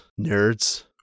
nerds